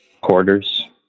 quarters